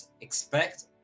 expect